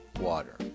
water